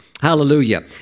Hallelujah